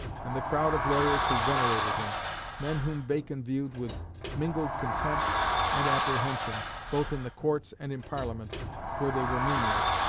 and the crowd of lawyers who venerated him men whom bacon viewed with mingled contempt and apprehension both in the courts and in parliament where they were numerous,